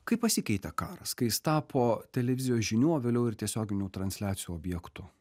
kaip pasikeitė karas kai jis tapo televizijos žinių o vėliau ir tiesioginių transliacijų objektu